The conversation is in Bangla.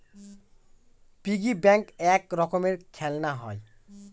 পিগি ব্যাঙ্ক এক রকমের খেলনা হয়